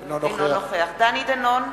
אינו נוכח דני דנון,